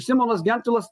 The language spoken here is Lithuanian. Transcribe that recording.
simonas gentvilas